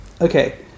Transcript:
Okay